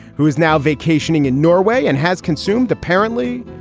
who is now vacationing in norway and has consumed apparently,